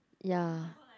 ya